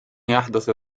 يحدث